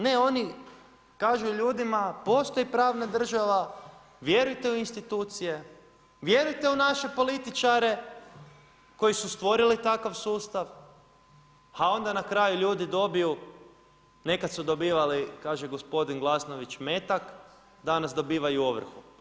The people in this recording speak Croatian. Ne, oni kažu ljudima, postoji pravna država, vjerujte u institucije, vjerujte u naše političare koji su stvorili takav sustav, a onda na kraju ljudi dobiju, nekad su dobivali, kaže gospodin Glasnović metak, danas dobivaju ovrhu.